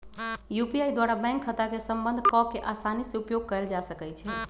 UPI द्वारा bank खता के संबद्ध कऽ के असानी से उपयोग कयल जा सकइ छै